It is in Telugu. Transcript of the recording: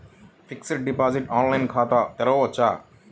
ఫిక్సడ్ డిపాజిట్ ఆన్లైన్ ఖాతా తెరువవచ్చా?